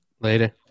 Later